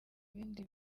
ibindi